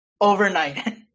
overnight